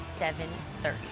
7.30